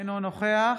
אינו נוכח